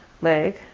leg